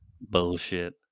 Bullshit